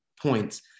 points